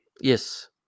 Yes